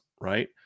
right